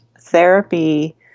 Therapy